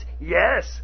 yes